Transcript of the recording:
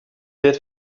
êtes